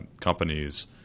companies